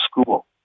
school